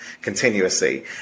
continuously